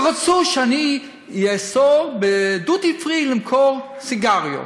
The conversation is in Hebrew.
רצו שאני אאסור בדיוטי-פרי למכור סיגריות.